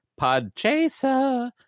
Podchaser